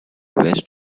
west